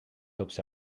tops